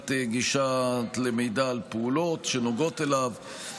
מניעת גישה למידע על פעולות שנוגעות אליו,